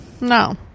No